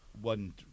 one